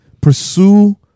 pursue